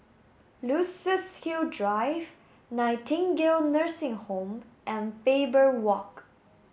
Luxus Hill Drive Nightingale Nursing Home and Faber Walk